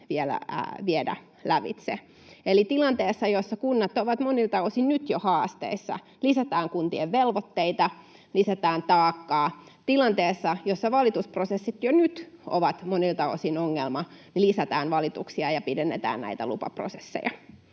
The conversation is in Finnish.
Eli tilanteessa, jossa kunnat ovat monilta osin nyt jo haasteissa, lisätään kuntien velvoitteita, lisätään taakkaa — tilanteessa, jossa valitusprosessit jo nyt ovat monilta osin ongelma, lisätään valituksia ja pidennetään näitä lupaprosesseja.